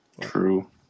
True